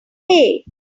hay